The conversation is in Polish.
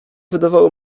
wydawało